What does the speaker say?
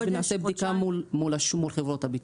ונעשה בדיקה מול חברות הביטוח.